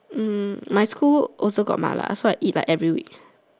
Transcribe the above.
mm my school also got mala so I eat like every week